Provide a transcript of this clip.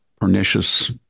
pernicious